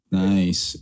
nice